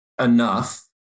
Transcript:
enough